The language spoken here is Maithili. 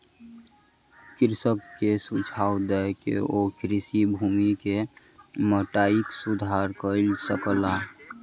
कृषक के सुझाव दय के ओ कृषि भूमि के माइटक सुधार कय सकला